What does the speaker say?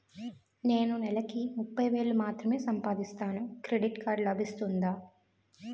నేను నెల కి ముప్పై వేలు మాత్రమే సంపాదిస్తాను క్రెడిట్ కార్డ్ లభిస్తుందా?